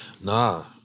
Nah